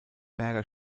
berger